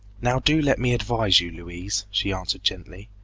now do let me advise you, louise she answered gently.